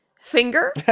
finger